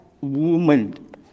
Woman